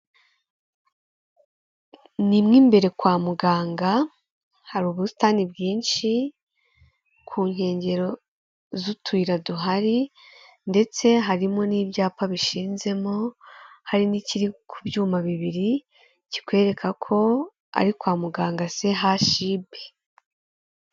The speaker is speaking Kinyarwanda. Nimo imbere kwa muganga hari ubusitani bwinshi ku nkengero z'utuyira duhari ndetse harimo n'ibyapa bishinzemo hari n'ikiri ku byuma bibiri kikwereka ko ari kwa muganga sehashibe.